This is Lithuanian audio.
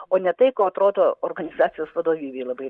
o ne tai ko atrodo organizacijos vadovybei labai